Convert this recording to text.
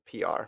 PR